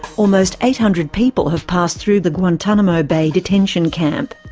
almost eight hundred people have passed through the guantanamo bay detention camp.